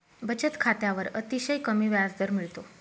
बचत खात्यावर अतिशय कमी व्याजदर मिळतो